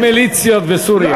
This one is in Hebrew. זה נראה לי כמו המיליציות בסוריה.